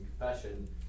confession